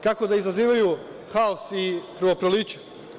Kako da izazivaju haos i krvoproliće?